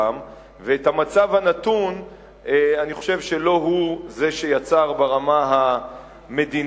ואת המצב הנתון אני חושב שלא הוא זה שיצר ברמה המדינית.